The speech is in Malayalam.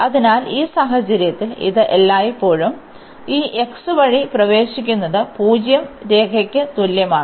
അതിനാൽ ഈ സാഹചര്യത്തിൽ ഇത് എല്ലായ്പ്പോഴും ഈ x വഴി പ്രവേശിക്കുന്നത് പൂജ്യരേഖയ്ക്ക് തുല്യമാണ്